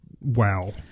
wow